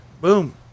Boom